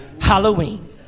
Halloween